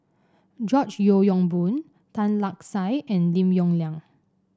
George Yeo Yong Boon Tan Lark Sye and Lim Yong Liang